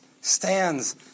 stands